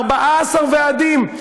14 ועדים,